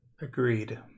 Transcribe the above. Agreed